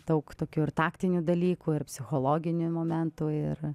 daug tokių ir taktinių dalykų ir psichologinių momentų ir